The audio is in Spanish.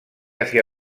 hacia